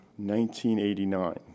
1989